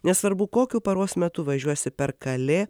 nesvarbu kokiu paros metu važiuosi per kalė